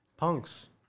Punks